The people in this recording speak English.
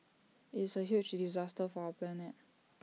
it's A huge disaster for our planet